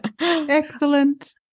excellent